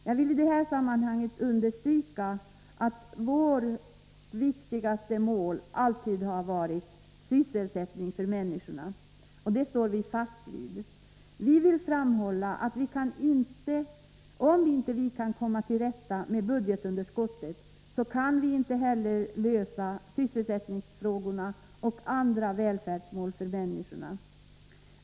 Jag vill i detta sammanhang understryka att socialdemokratins viktigaste mål alltid har varit att klara sysselsättningen. Vi vill framhålla att kan vi inte komma till rätta med budgetunderskottet kommer vi inte heller att kunna lösa sysselsättningsfrågorna och andra välfärdsmål för människorna.